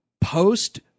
post-